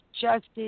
Justice